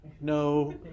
no